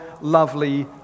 lovely